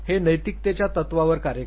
हे नैतिकतेच्या तत्त्वांवर कार्य करते